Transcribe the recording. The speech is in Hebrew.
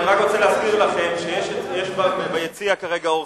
אני רק רוצה להזכיר לכם שיש ביציע כרגע אורחים,